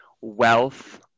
wealth